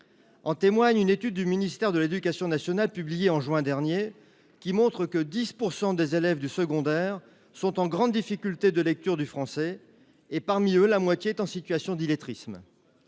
En témoigne une étude du ministère de l’éducation nationale publiée en juin dernier, qui montre que 10 % des élèves du secondaire sont en grande difficulté dans le domaine de la lecture du français. Parmi eux, la moitié est en situation d’illettrisme